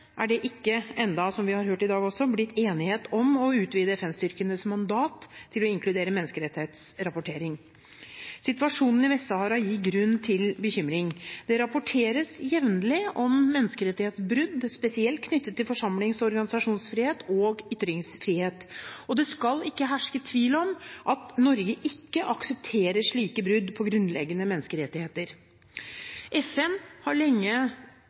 er det ennå ikke – som vi har hørt også i dag – blitt enighet om å utvide FN-styrkenes mandat til å inkludere menneskerettighetsrapportering. Situasjonen i Vest-Sahara gir grunn til bekymring. Det rapporteres jevnlig om menneskerettighetsbrudd, spesielt knyttet til forsamlings- og organisasjonsfrihet og ytringsfrihet. Det skal ikke herske tvil om at Norge ikke aksepterer slike brudd på grunnleggende menneskerettigheter. FN har lenge